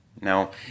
Now